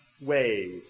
ways